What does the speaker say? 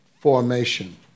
formation